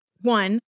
one